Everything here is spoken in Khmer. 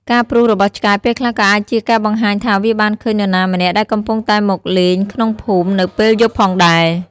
ការព្រុសរបស់ឆ្កែពេលខ្លះក៏អាចជាការបង្ហាញថាវាបានឃើញនរណាម្នាក់ដែលកំពុងតែមកលេងក្នុងភូមិនៅពេលយប់ផងដែរ។